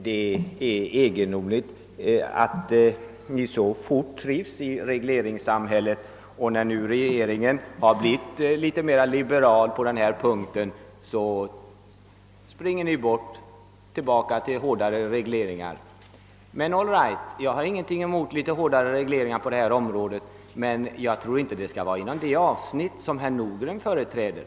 Det är egendomligt att ni så fort lär er trivas i regleringssamhället att ni nu, när regeringen har blivit litet mer liberal på denna punkt, springer tillbaka till hårdare. regleringar. Nå, jag har ingenting emot litet hårdare regleringar på detta område, men jag tror inte att det skall vara inom det avsnitt som herr Nordgren företräder.